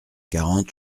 quarante